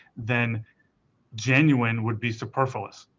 then genuine would be superfluous.